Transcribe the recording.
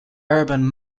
urban